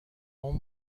اون